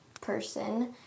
person